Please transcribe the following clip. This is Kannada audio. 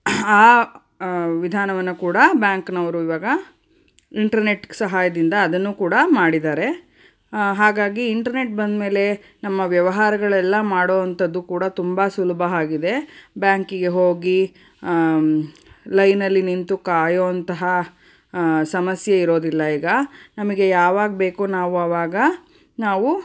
ಆ ವಿಧಾನವನ್ನು ಕೂಡ ಬ್ಯಾಂಕ್ನವರು ಇವಾಗ ಇಂಟರ್ನೆಟ್ ಸಹಾಯದಿಂದ ಅದನ್ನೂ ಕೂಡ ಮಾಡಿದ್ದಾರೆ ಹಾಗಾಗಿ ಇಂಟರ್ನೆಟ್ ಬಂದ ಮೇಲೆ ನಮ್ಮ ವ್ಯವಹಾರಗಳೆಲ್ಲ ಮಾಡೋ ಅಂಥದ್ದು ಕೂಡ ತುಂಬ ಸುಲಭ ಆಗಿದೆ ಬ್ಯಾಂಕಿಗೆ ಹೋಗಿ ಲೈನಲ್ಲಿ ನಿಂತು ಕಾಯೋ ಅಂತಹ ಸಮಸ್ಯೆ ಇರೋದಿಲ್ಲ ಈಗ ನಮಗೆ ಯಾವಾಗ ಬೇಕೋ ನಾವು ಆವಾಗ ನಾವು